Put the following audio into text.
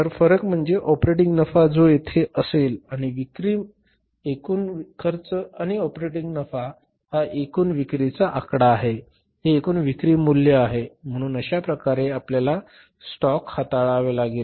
तर फरक म्हणजे ऑपरेटिंग नफा जो येथे असेल म्हणजे विक्री एकूण खर्च आणि ऑपरेटिंग नफा हा एकूण विक्रीचा आकडा आहे ही एकूण विक्री मूल्य आहे म्हणून अशाप्रकारे आपल्याला स्टॉक हाताळावे लागेल